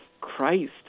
Christ